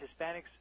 Hispanics